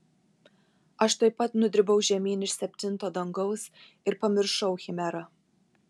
aš tuoj pat nudribau žemyn iš septinto dangaus ir pamiršau chimerą